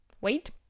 Wait